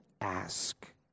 ask